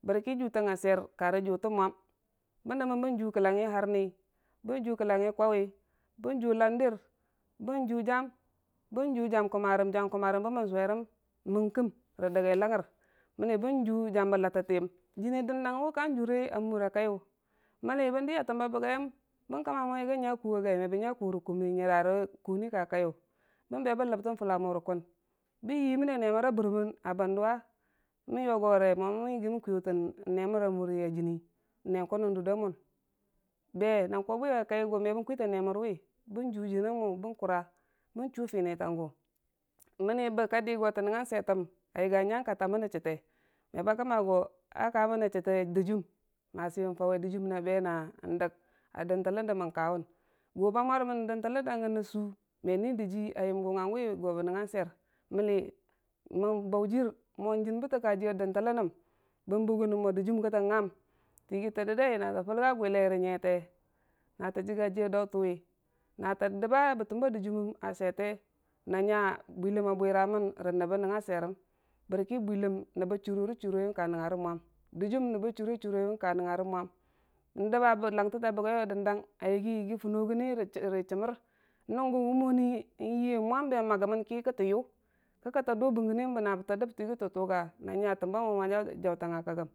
bər ki juutangnga sweir karə jutə mwam, bə dəmən, bən juu kəlangngi harni, bən juu kəlangngi kwawi, bən juu landir bən juu jam, bən juu jam kum morəm, jam kʊmmarəma bə mən suwe rəm məgkəm rə dəggai langgər, mənm rə dəggai langgər, mənm bən juu jam bə Lattɨtiyəm, jiini dəndang wu ka juure a mura kaiyu, mən ni bən dii a təm ba bagiyəm məm kəmma mo bən nya kuu a gai me bən nya kuu rə kuniyu nyəra kum ka kaiyu, bə be bən Lugtə Fulla mu rə kun bən yəmənne nemər a bərmən nən kun a banduwa mən yogore mo mən yigi mən yigi mən kwiyotən nemər a mura juni n'ne kunnang durday mun, be na kwabi a kai a gwa juw juniyamu bən kara, bən chu Fini ta gu, mənni bə ka dii go tə nəngnga sweitəm, a yigi a nyang ka tamən nən chite me ba kəmma go a kamən nən chite dɨjiim, mabi n'Fauwe dɨjiim na be na dig a dəntələn də mən kawun, gu ba murmən dəntələn da gən a suu, me nii dɨjii a yəm go hongu bə nəngnga sweir, mənm mən bau jir mo jin bətə ka jiya dənəəlməm, kə tə nga tə yigi tə didai na tə Fulga bwi rə nyaite natə jiga bwi rə nyaite natə jiga jiiya dautənwi, na tə dəba bətəm ba dɨjiiməm a sweirte, na nya bwiləm a bwiramən nən nəb nəngnga bwerəm, bərki bwiləm nəbbə chiro chiroyə, ka nəngngarə mwam, dɨjiim nəbbə chiro chiroyəm ka nəngngarə mwam n'dəbare ləngtəta bagiga dən dang ayigi funugəne rə gəmmər nunggən wumotʊ n'yiye mwam be magəməng kə kətəyu, kə kə tə du bəngənəm bə na bə tə dəb tə tuga na nya təmba mun a nya jautang nga kənggəm.